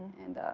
and